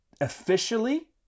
Officially